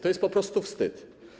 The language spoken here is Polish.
To jest po prostu wstyd.